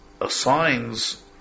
assigns